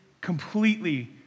completely